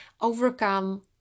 overcome